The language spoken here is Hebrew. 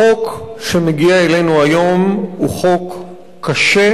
החוק שמגיע אלינו היום הוא חוק קשה,